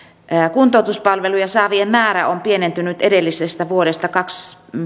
kuntoutuspalveluja saavien määrä on pienentynyt edellisestä vuodesta kaksi